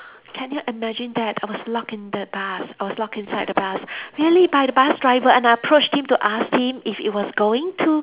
can you imagine that I was locked in the bus I was locked inside the bus really by the bus driver and I approached him to ask him if it was going to